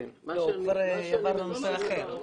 לא, כבר עברנו לנושא אחר.